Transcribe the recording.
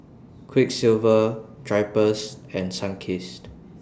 Quiksilver Drypers and Sunkist